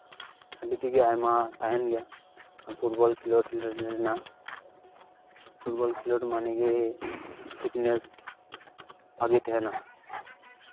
ᱟᱹᱰᱤ ᱛᱮᱜᱮ ᱟᱭᱢᱟ ᱛᱟᱦᱮᱱ ᱜᱮᱭᱟ ᱯᱷᱩᱴᱵᱚᱞ ᱠᱷᱮᱞᱳᱰ ᱨᱮᱭᱟᱜ ᱯᱷᱩᱴᱵᱚᱞ ᱠᱷᱮᱞᱳᱰ ᱢᱟᱱᱮᱜᱮ ᱯᱷᱤᱴᱱᱮᱥ ᱵᱷᱟᱹᱜᱤ ᱛᱟᱦᱮᱱᱟ